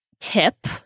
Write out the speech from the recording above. tip